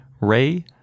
Ray